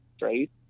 right